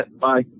Bye